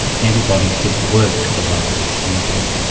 antibodies didn't work to the virus in your body.